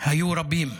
היו רבים.